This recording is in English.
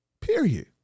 Period